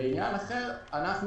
לעניין אחר, אנחנו